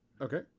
okay